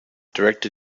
director